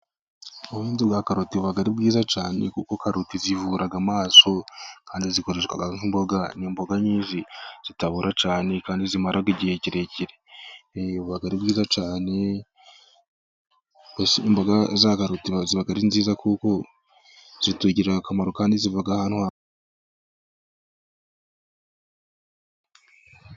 Ubuhinzi bwa karoti buba ari bwiza cyane kuko karoti zivura amaso, kandi zikoreshwa nk'imboga. Ni imboga zitabora cyane, kandi zimara igihe kirekire buba ari bwiza cyane, mbese imboga za karoti ziba ari nziza kuko zitugirira akamaro kandi ziva ahantu...